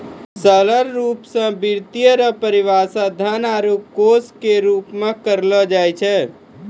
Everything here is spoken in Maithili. सरल रूप मे वित्त रो परिभाषा धन आरू कोश के रूप मे करलो जाय छै